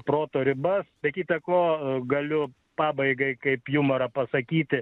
proto ribas be kita ko galiu pabaigai kaip jumorą pasakyti